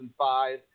2005